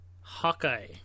Hawkeye